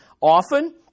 often